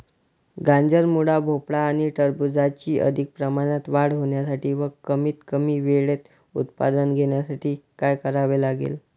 गाजर, मुळा, भोपळा आणि टरबूजाची अधिक प्रमाणात वाढ होण्यासाठी व कमीत कमी वेळेत उत्पादन घेण्यासाठी काय करावे लागेल?